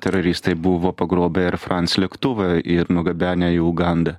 teroristai buvo pagrobę air france lėktuvą ir nugabenę į ugandą